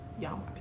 y'all